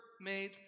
made